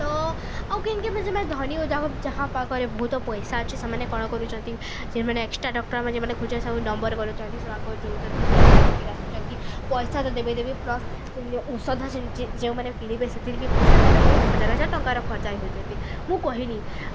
ତ ଆଉ କେମତି ଯେଉଁମାନେ ଧନୀ ଯା ଯାହା ପାଖରେ ବହୁତ ପଇସା ଅଛି ସେମାନେ କ'ଣ କରୁଛନ୍ତି ସେମାନେ ଏକ୍ସଟ୍ରା ଡକ୍ଟରମାନେ ଯେମାନେ ଖୋଜିବା ସବୁ ନମ୍ବର କରୁଛନ୍ତି ସେମାନଙ୍କ ଯଉଛନ୍ତି ପଇସା ଦେଇକି ଆସୁଛନ୍ତି ପଇସା ତ ଦେବେ ଦେବେ ପ୍ଲସ୍ ଔଷଧ ଯେଉଁମାନେ କିଣିବେ ସେଥିରେ ବି ପଇସା ଦେବେ ତ ବହୁତ ହଜାର ହଜାର ଟଙ୍କାର ଖର୍ଚା ହେଉଛନ୍ତି ମୁଁ କହିନି